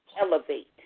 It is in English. elevate